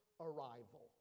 arrival